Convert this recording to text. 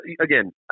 again